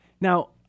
Now